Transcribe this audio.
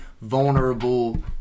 vulnerable